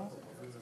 הצבעה על מה?